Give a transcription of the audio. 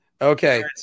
Okay